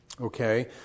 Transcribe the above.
Okay